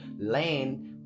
land